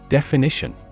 Definition